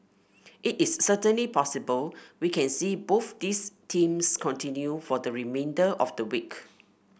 it is certainly possible we can see both these themes continue for the remainder of the week